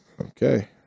okay